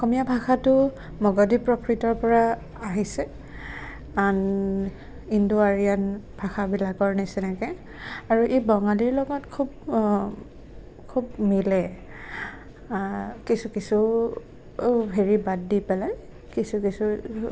অসমীয়া ভাষাটো মগধী প্ৰাকৃতৰ পৰা আহিছে ইন্দো আৰিয়ান ভাষাবিলাকৰ নিচিনাকৈ আৰু ই বঙালীৰ লগত খুব খুব মিলে কিছু কিছু হেৰি বাদ দি পেলাই কিছু কিছু